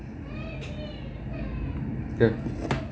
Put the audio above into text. ya